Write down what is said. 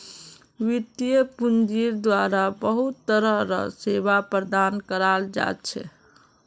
वित्तीय पूंजिर द्वारा बहुत तरह र सेवा प्रदान कराल जा छे